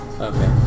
Okay